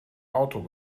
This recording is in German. auto